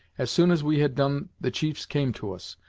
as soon as we had done the chiefs came to us,